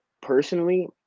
personally